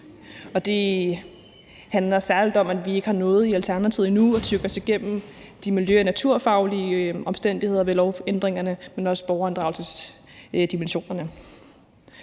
det handler særlig om, at vi i Alternativet endnu ikke har nået at tygge os igennem de miljø- og naturfaglige omstændigheder ved lovændringerne, men også om borgerinddragelsesdimensionerne.